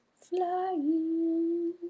flying